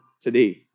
today